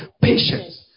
Patience